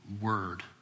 word